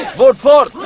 vote for